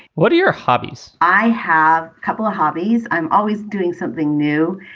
what are your hobbies? i have a couple of hobbies. i'm always doing something new.